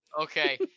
Okay